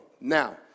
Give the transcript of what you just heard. Now